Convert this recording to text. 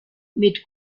mit